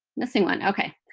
missing one. ok,